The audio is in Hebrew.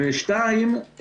ושתיים,